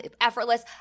effortless